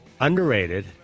underrated